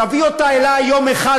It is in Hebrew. תביא אותה אלי יום אחד,